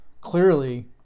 clearly